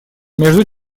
между